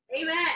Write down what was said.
Amen